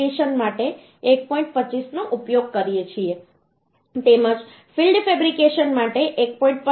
25 નો ઉપયોગ કરીએ છીએ તેમજ ફિલ્ડ ફેબ્રિકેશન માટે 1